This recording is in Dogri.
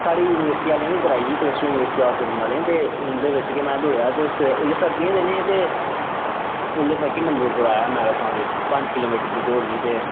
साढ़ी यूनिवर्सिटी आह्लें गै कराई ही कलस्टर यूनिवर्सिटी आफ जम्मू आह्लें ते उं'दे बिच्च गै में दौड़ेआ हा ते उसलै उल्लै सर्दियें दे दिन हे ते उल्लै सैकंड नंबर उप्पर आया हा मैराथन बिच्च ते पंज किलोमीटर दी दौड़ ही ते